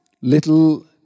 little